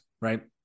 right